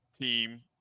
team